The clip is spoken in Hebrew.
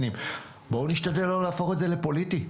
בואו נשתדל שלא להפוך את זה לעניין פוליטי.